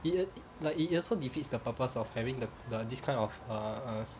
it a like it also defeats the purpose of having the the this kind of err err